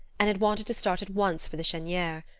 and had wanted to start at once for the cheniere.